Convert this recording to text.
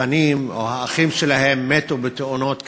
הבנים או האחים שלהם מתו בתאונות כאלה.